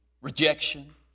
rejection